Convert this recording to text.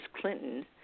Clinton